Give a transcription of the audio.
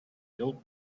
built